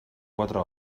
quatre